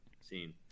seen